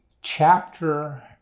chapter